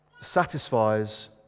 satisfies